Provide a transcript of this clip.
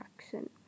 action